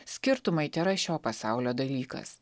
skirtumai tėra šio pasaulio dalykas